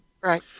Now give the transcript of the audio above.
right